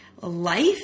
life